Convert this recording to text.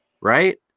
Right